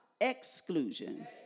exclusion